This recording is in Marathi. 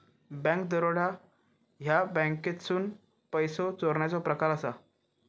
बँक दरोडा ह्या बँकेतसून पैसो चोरण्याचो प्रकार असा